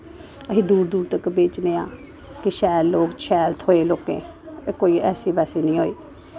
अस दूर दूर तक बेचने आं कि शैल लोक शैल थ्होई लोकें ई ते कोई ऐसी बैसी नी होए